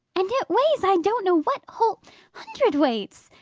and it weighs i don't know what whole hundredweights!